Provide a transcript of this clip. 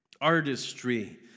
artistry